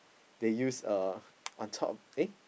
the use uh on top eh